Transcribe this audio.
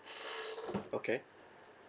okay